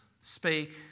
speak